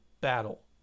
battle